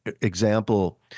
Example